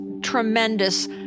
tremendous